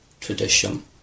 tradition